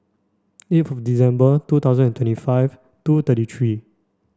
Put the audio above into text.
eighth December two thousand and twenty five two thirty three